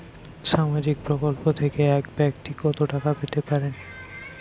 সামাজিক প্রকল্প থেকে এক ব্যাক্তি কত টাকা পেতে পারেন?